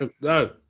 no